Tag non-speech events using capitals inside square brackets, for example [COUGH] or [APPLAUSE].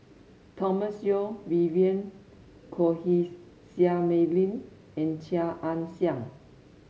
Thomas Yeo Vivien Quahe [UNINTELLIGIBLE] Seah Mei Lin and Chia Ann Siang